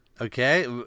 Okay